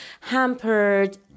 hampered